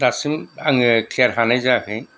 दासिम आङो क्लियार हानाय जायाखै